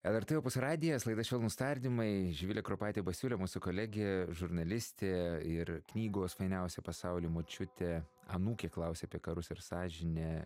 lrt opus radijas laida švelnūs tardymai živilė kropaitė basiulė mūsų kolegė žurnalistė ir knygos fainiausia pasauly močiutė anūkė klausė apie karus ir sąžinę